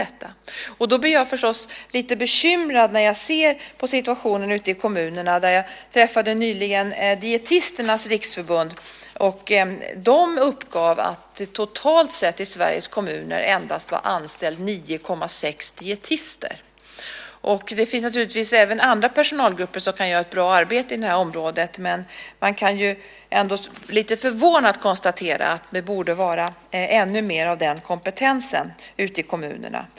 Då blir jag förstås lite bekymrad när jag ser på situationen ute i kommunerna. Nyligen träffade jag Dietisternas riksförbund. De uppgav att det totalt sett i Sveriges kommuner endast var anställt 9,6 dietister. Det finns naturligtvis även andra personalgrupper som kan göra ett bra arbete på det här området, men man kan ändå lite förvånat konstatera att det borde finnas ännu mer av den kompetensen ute i kommunerna.